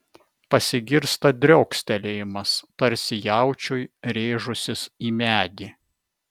pasigirsta driokstelėjimas tarsi jaučiui rėžusis į medį